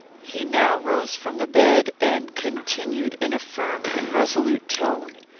he now rose from the bed, and continued, in a firm and resolute tone,